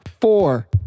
four